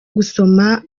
gusoma